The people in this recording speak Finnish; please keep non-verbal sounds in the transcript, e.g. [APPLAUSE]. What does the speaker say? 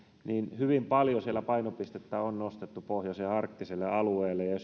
hyvin paljon painopistettä on nostettu pohjoiseen arktiselle alueelle ja ja [UNINTELLIGIBLE]